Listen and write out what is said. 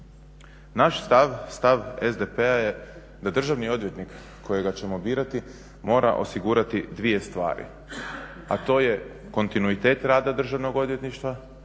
stav, stav SDP-a je da državni odvjetnik kojega ćemo birati mora osigurati dvije stvari. A to je kontinuitet rada Državnog odvjetništva,